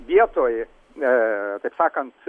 vietoj taip sakant